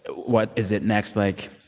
what is it next? like,